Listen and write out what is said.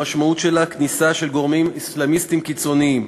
המשמעות שלה היא כניסה של גורמים אסלאמיסטיים קיצוניים,